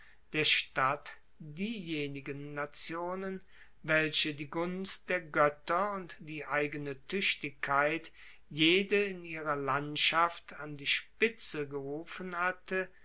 der stadt diejenigen nationen welche die gunst der goetter und die eigene tuechtigkeit jede in ihrer landschaft an die spitze gerufen hatten